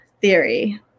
theory